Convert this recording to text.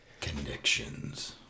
Connections